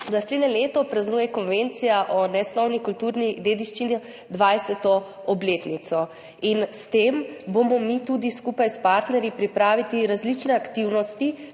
Naslednje leto praznuje Konvencija o nesnovni kulturni dediščini dvajseto obletnico. Ob tem bomo tudi mi skupaj s partnerji pripravili različne aktivnosti,